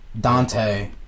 Dante